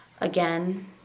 Again